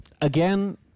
Again